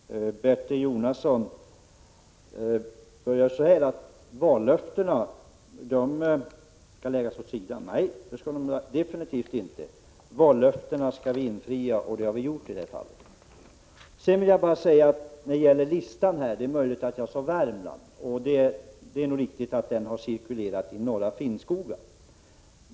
Herr talman! Bertil Jonasson börjar med att säga att vallöftena skall läggas åt sidan. Nej, det skall de absolut inte. Vallöftena skall vi infria, och det har vi gjort i det här fallet. När det gäller listan är det möjligt att jag sade Värmland, och det är nog riktigt att den har cirkulerat i Norra Finnskoga.